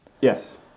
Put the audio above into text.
Yes